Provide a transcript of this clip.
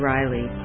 Riley